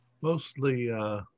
Mostly